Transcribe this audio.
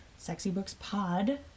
sexybookspod